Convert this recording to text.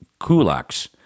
kulaks